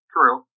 True